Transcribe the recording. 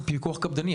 יהיה פיקוח קפדני.